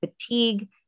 fatigue